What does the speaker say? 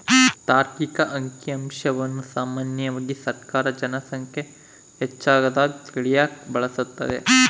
ತಾರ್ಕಿಕ ಅಂಕಿಅಂಶವನ್ನ ಸಾಮಾನ್ಯವಾಗಿ ಸರ್ಕಾರ ಜನ ಸಂಖ್ಯೆ ಹೆಚ್ಚಾಗದ್ನ ತಿಳಿಯಕ ಬಳಸ್ತದೆ